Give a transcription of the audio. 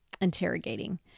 Interrogating